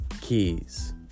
Keys